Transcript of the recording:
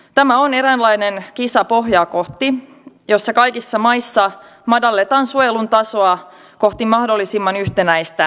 tämä on eräänlainen kisa pohjaa kohti jossa kaikissa maissa madalletaan suojelun tasoa kohti mahdollisimman yhtenäistä minimiä